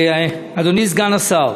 אדוני סגן השר,